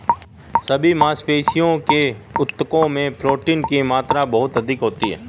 सभी मांसपेशियों के ऊतकों में प्रोटीन की मात्रा बहुत अधिक होती है